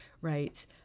right